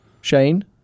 Shane